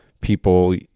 People